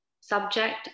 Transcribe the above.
subject